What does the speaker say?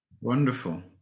Wonderful